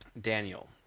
Daniel